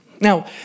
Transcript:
Now